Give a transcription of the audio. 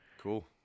Cool